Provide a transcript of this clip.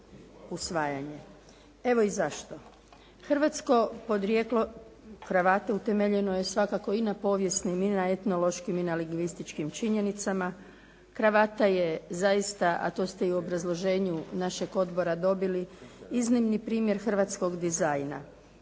Evo i zašto. Hrvatsko podrijetlo kravate utemeljeno je svakako i na povijesnim i na etnološkim i na lingvističkim činjenicama. Kravata je zaista, a to ste i u obrazloženju našeg odbora dobili, iznimni primjer hrvatskog dizajna.